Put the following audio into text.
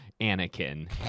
Anakin